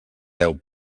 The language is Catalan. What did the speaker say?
deu